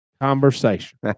conversation